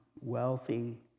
wealthy